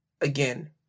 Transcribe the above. again